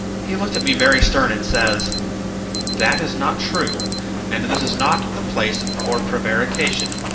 he looked at me very stern, and says that is not true and this is not the place for prevarication.